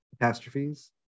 catastrophes